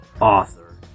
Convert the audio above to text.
author